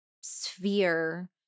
sphere